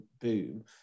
boom